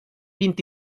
vint